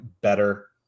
better